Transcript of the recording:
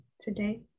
today